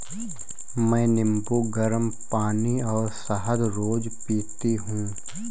मैं नींबू, गरम पानी और शहद रोज पीती हूँ